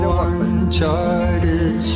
uncharted